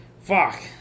Fuck